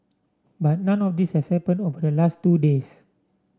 but none of this has happened over the last two days